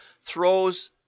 throws